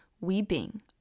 weeping